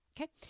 Okay